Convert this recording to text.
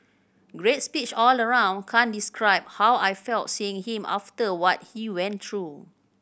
great speech all round can't describe how I felt seeing him after what he went through